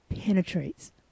penetrates